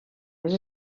les